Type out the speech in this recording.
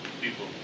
people